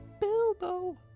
Bilbo